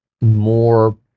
more